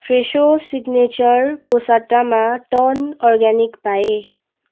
फ्रेसो सिग्नेचरको सट्टामा turn organic पाएँ